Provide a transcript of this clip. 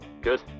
good